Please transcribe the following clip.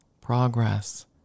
progress